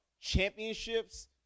championships